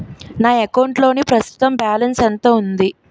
నా అకౌంట్ లోని ప్రస్తుతం బాలన్స్ ఎంత ఉంది?